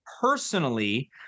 personally